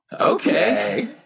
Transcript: Okay